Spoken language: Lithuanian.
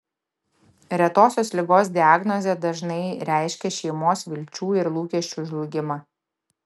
retosios ligos diagnozė dažnai reiškia šeimos vilčių ir lūkesčių žlugimą